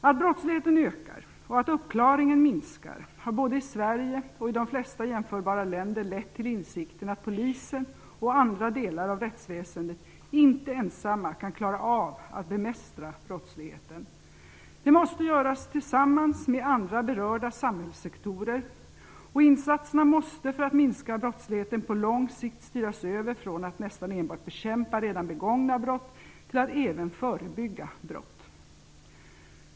Att brottsligheten ökar och att uppklaringen minskar har både i Sverige och i de flesta jämförbara länder lett till insikten att polisen och andra delar av rättsväsendet inte ensamma kan klara av att bemästra brottsligheten. Det måste göras tillsammans med andra berörda samhällssektorer, och insatserna måste för att minska brottsligheten på lång sikt styras över från att nästan enbart bekämpa redan begångna brott till att även förebygga brott.